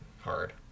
hard